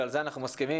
ועל זה אנחנו מסכימים,